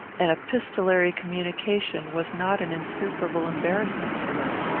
and epistolary communication was not an insuperable embarrassment to him.